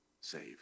saved